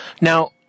Now